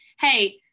hey